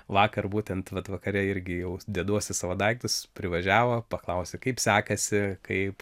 vakar būtent vat vakare irgi jau deduosi savo daiktus privažiavo paklausė kaip sekasi kaip